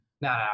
No